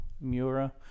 Mura